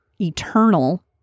eternal